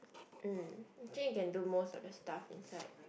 mm actually you can do most of the stuff inside